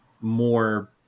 more